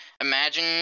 imagine